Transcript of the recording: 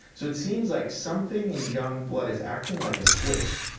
so it seems like something in young blood is acting like a switch.